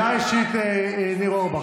הודעה אישית של חבר הכנסת ניר אורבך.